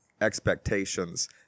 expectations